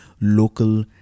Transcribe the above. local